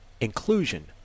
inclusion